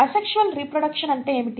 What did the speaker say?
asexual reproduction అంటే ఏమిటి